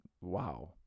wow